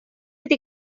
ydy